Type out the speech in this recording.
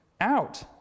out